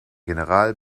general